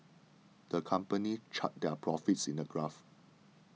the company charted their profits in a graph